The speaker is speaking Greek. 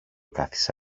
κάθισε